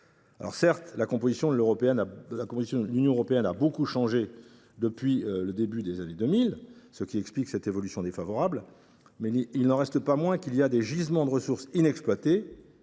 %. Certes, la composition de l’Union européenne a beaucoup changé depuis le début des années 2000, ce qui explique cette évolution défavorable. Il n’en reste pas moins qu’il y a là des gisements de ressources inexploités